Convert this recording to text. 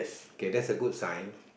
K that's a good sign